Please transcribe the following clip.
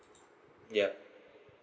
yup